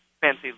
fancy